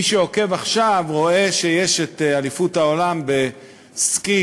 מי שעוקב עכשיו רואה שיש אליפות העולם בסקי,